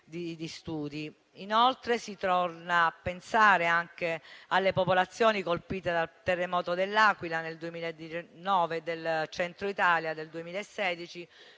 Inoltre, si torna a pensare anche alle popolazioni colpite dal terremoto dell'Aquila nel 2009 e del Centro Italia del 2016,